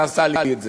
זה עשה לי את זה,